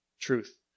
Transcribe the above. truth